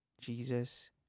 Jesus